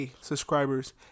subscribers